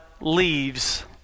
leaves